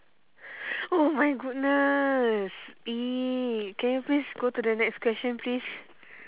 oh my goodness eh can you please go to the next question please